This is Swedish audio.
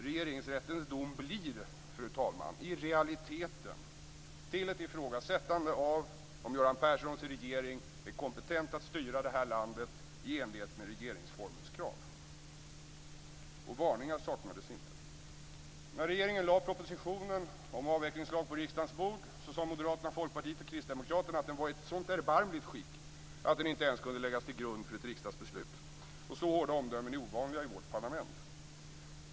Regeringsrättens dom blir i realiteten ett ifrågasättande av om Göran Perssons regering är kompetent att styra landet i enlighet med regeringsformens krav. Varningar saknades inte. När regeringen lade propositionen på riksdagens bord sade Moderata samlingspartiet, Folkpartiet och Kristdemokraterna att den var i ett så erbarmligt skick att den inte ens kunde läggas till grund för ett riksdagsbeslut. Så hårda omdömen är ovanliga i vårt parlament.